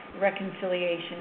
reconciliation